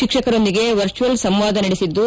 ಶಿಕ್ಷಕರೊಂದಿಗೆ ವರ್ಜುವಲ್ ಸಂವಾದ ನಡೆಸಿದ್ದು